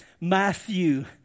Matthew